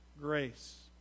grace